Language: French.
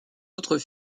autres